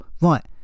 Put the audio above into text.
Right